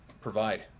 provide